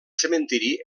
cementiri